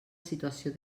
situació